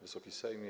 Wysoki Sejmie!